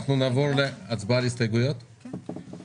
במצב של יתום משני הורים,